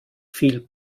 viel